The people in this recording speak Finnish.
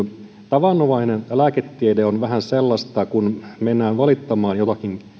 tavanomainen lääketiede on vähän sellaista että kun mennään valittamaan jotakin